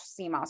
CMOS